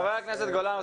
חבר הכנסת גולן,